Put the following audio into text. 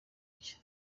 nshya